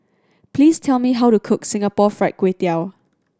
please tell me how to cook Singapore Fried Kway Tiao